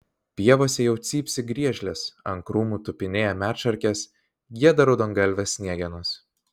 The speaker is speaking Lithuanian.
pievose jau cypsi griežlės ant krūmų tupinėja medšarkės gieda raudongalvės sniegenos